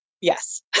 yes